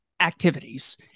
activities